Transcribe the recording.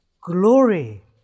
glory